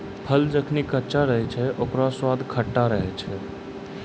फल जखनि कच्चा रहै छै, ओकरौ स्वाद खट्टा रहै छै